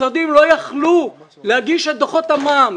משרדים לא יכלו להגיש את דוחות המע"מ,